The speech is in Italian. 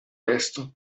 resto